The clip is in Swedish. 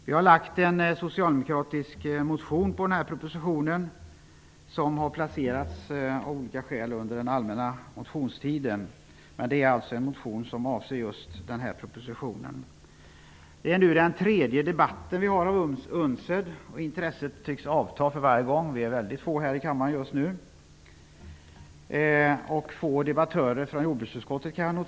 Vi har väckt en socialdemokratisk motion med anledning av denna proposition. Den har av olika skäl placerats under den allmänna motionstiden, men det är alltså en motion som avser just den här propositionen. Detta är den tredje debatten vi har om UNCED. Intresset tycks avta för varje gång. Det är få personer här i kammaren just nu. Jag kan notera att det är få debattörer från jordbruksutskottet. Det beklagar jag.